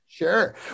Sure